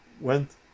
went